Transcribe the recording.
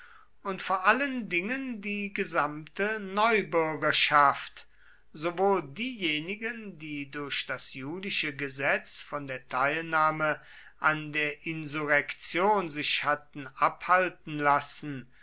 und vor allen dingen die gesamte neubürgerschaft sowohl diejenigen die durch das julische gesetz von der teilnahme an der insurrektion sich hatten abhalten lassen